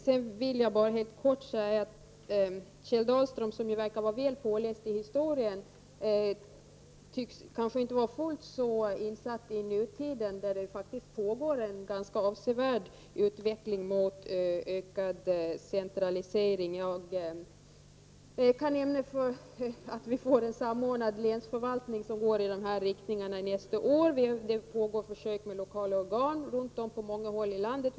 Jag vill kortfattat säga till Kjell Dahlström, som ju verkar vara väl påläst när det gäller historien, att han inte tycks vara fullt lika insatt i nutiden, där det faktiskt pågår en ganska avsevärd utveckling mot en ökad centralisering. Jag kan nämna att vi nästa år får en samordnad länsförvaltning som går i denna riktning. Det pågår försök med lokala organ på många håll i landet.